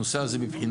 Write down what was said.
הנושא הזה בבחינה.